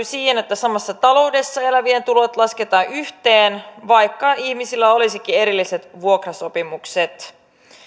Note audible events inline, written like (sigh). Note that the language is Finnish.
(unintelligible) siihen että samassa taloudessa elävien tulot lasketaan yhteen vaikka ihmisillä olisikin erilliset vuokrasopimukset